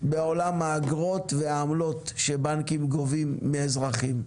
בעולם האגרות והעמלות שבנקים גובים מאזרחים,